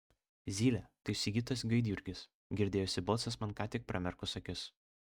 zylė tai sigitas gaidjurgis girdėjosi balsas man ką tik pramerkus akis